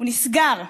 הוא נסגר.